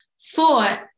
thought